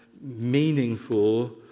meaningful